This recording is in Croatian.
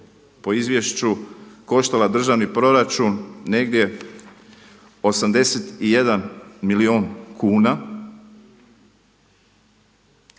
po izvješću koštala državni proračun negdje 81 milijun kuna,